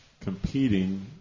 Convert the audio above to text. competing